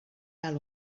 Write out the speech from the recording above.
tal